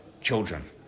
children